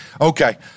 Okay